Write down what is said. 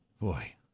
Boy